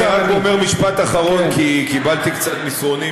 אני רק אומר משפט אחרון כי קיבלתי קצת מסרונים